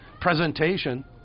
presentation